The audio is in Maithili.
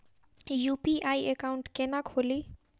यु.पी.आई एकाउंट केना खोलि?